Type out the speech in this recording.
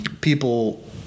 people